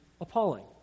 appalling